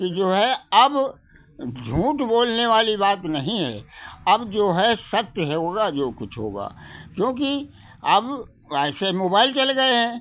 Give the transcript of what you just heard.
कि जो है अब झूठ बोलने वाली बात नहीं है अब जो है सत्य होगा जो कुछ होगा क्योंकि अब ऐसे मोबाइल चल गए हैं